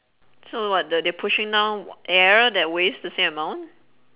so what the~ they're pushing down air that weighs the same amount